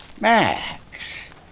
Max